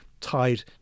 tied